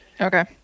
okay